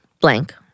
blank